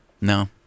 No